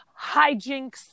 hijinks